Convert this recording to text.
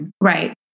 right